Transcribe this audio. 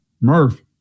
Murph